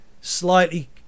Slightly